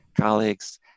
colleagues